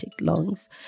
lungs